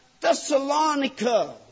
Thessalonica